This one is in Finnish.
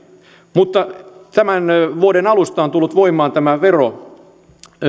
mutta tämän vuoden alusta on tullut voimaan tämä